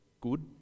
good